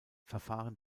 verfahren